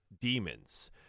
demons